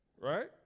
right